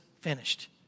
finished